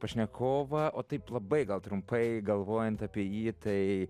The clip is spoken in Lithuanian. pašnekovą o taip labai gal trumpai galvojant apie jį tai